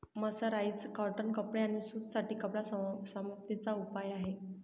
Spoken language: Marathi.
मर्सराइज कॉटन कपडे आणि सूत साठी कपडा समाप्ती चा उपाय आहे